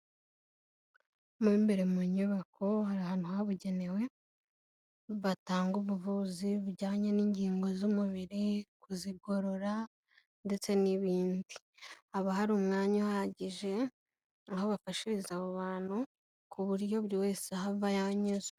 Mo imbere mu nyubako hari ahantu habugenewe batanga ubuvuzi zijyanye n'ingingo z'umubiri, kuzigorora ndetse n'ibindi, haba hari umwanya uhagije, aho bafashiriza abo bantu ku buryo buri wese ahava yanyuzwe